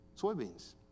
Soybeans